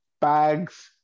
bags